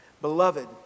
Beloved